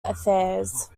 affairs